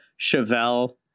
Chevelle